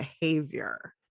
behavior